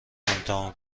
امتحان